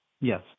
Yes